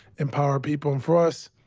empower people. and for us,